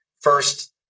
first